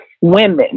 women